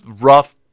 rough